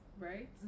right